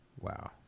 Wow